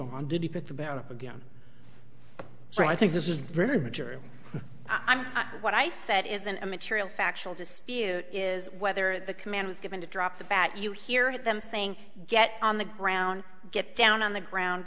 on did he pick about again so i think this is very material i'm not what i said is an immaterial factual dispute is whether the command was given to drop the bat you hear them saying get on the ground get down on the ground